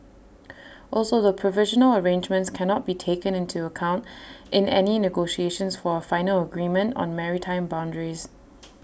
also the provisional arrangements cannot be taken into account in any negotiations for A final agreement on maritime boundaries